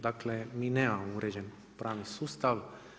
Dakle, mi nemamo uređen pravni sustav.